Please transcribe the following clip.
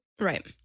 Right